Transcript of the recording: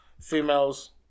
Females